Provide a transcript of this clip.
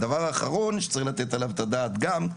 הדבר האחרון שצריך לתת עליו את הדעת גם,